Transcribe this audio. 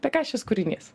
apie ką šis kūrinys